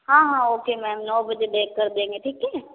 हाँ हाँ okay ma'am नौ बजे का देख कर देंगे ठीक है